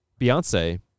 Beyonce